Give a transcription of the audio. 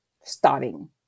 starting